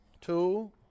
Two